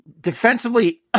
Defensively